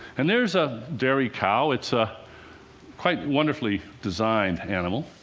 and there's a dairy cow. it's a quite wonderfully designed animal.